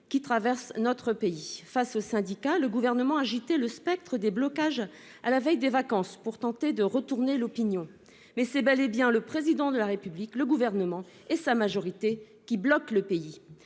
qui traverse notre pays. Face aux syndicats, le Gouvernement a agité le spectre des blocages à la veille des vacances, pour tenter de retourner l'opinion. Pourtant, ce sont bel et bien le Président de la République, le Gouvernement et sa majorité qui bloquent le pays.